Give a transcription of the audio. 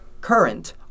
current